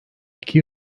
iki